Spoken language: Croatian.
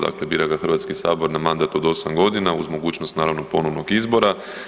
Dakle, bira ga Hrvatski sabor na mandat od 8 godina uz mogućnost naravno ponovnog izbora.